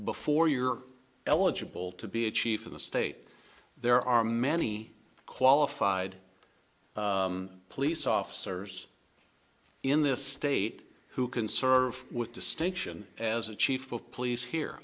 before you're eligible to be a chief in the state there are many qualified police officers in this state who can serve with distinction as a chief of police here